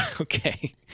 okay